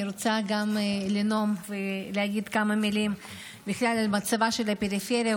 אני רוצה לנאום וגם להגיד כמה מילים בכלל על מצבה של הפריפריה,